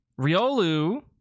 Riolu